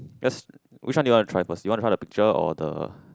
let's which one you want to try first do you want to try the picture or the